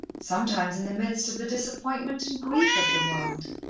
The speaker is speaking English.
sometimes in the midst of the disappointment and grief of the world.